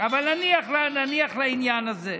אבל נניח לעניין הזה.